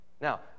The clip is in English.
Now